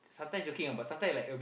sometimes joking ah but sometime like a bit